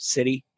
City